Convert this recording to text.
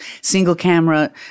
single-camera